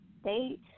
state